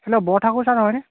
hello Borthakur sir নহয়নে